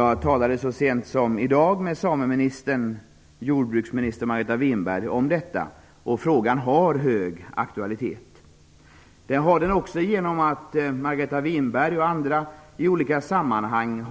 Jag talade så sent som i dag med sameministern, jordbruksminister Margareta Winberg, om detta. Frågan har hög aktualitet. Det har den också genom att bl.a. Margareta Winberg har aktualiserat frågan i olika sammanhang.